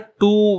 two